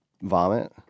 vomit